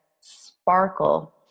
sparkle